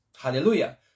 Hallelujah